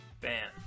Bam